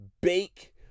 bake